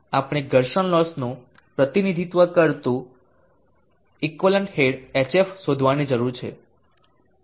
હવે આપણે ઘર્ષણ લોસનું પ્રતિનિધિત્વ કરતું એકવલન્ટ હેડ hf શોધવાની જરૂર છે